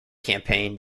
campaign